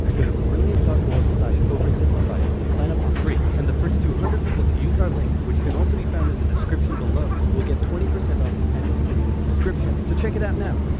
go to brilliant org oversimplified, and sign up for free. and the first two hundred people to use our link, which can also be found in the description below, will get twenty percent off the annual premium subscription. so check it out now!